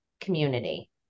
community